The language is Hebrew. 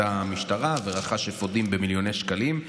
רכש אפודים במיליוני שקלים.